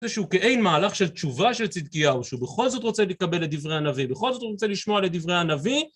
איזשהו כעין מהלך של תשובה של צדקיהו, שהוא בכל זאת רוצה לקבל את דברי הנביא, בכל זאת הוא רוצה לשמוע על לדברי הנביא.